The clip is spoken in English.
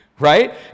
Right